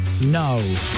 NO